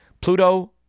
Pluto